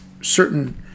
certain